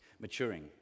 maturing